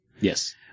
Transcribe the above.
Yes